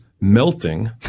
melting